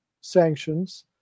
sanctions